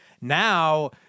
now